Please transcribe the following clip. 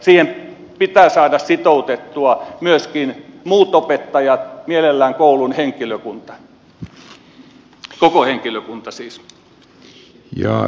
siihen pitää saada sitoutettua myöskin muut opettajat mielellään koulun koko henkilökunta